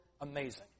amazing